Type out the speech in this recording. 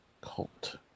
cult